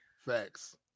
Facts